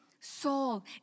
soul